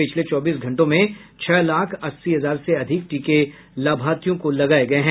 पिछले चौबीस घंटे में छह लाख अस्सी हजार से अधिक टीके लाभार्थियों को लगाये गये हैं